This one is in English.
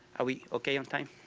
are we okay on time?